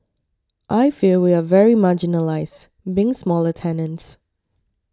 I feel we are very marginalised being smaller tenants